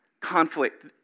Conflict